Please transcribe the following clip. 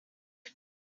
bag